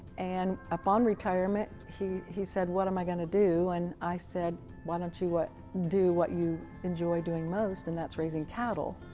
and upon retirement he he said, what am i going to do? and i said, why don't you do what you enjoy doing most, and that's raising cattle.